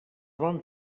van